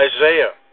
Isaiah